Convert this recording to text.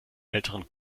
älteren